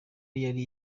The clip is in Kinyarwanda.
yari